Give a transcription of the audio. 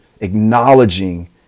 acknowledging